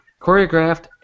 choreographed